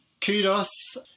kudos